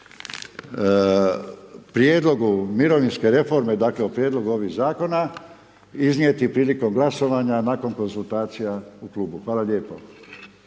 prijedlogu mirovinske reforme, dakle, o prijedlogu ovih zakona iznijeti prilikom glasovanja nakon konzultacija u klubu. Hvala lijepo.